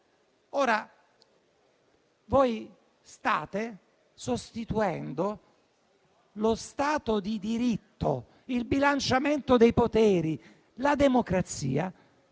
Voi state sostituendo lo Stato di diritto, il bilanciamento dei poteri, la democrazia,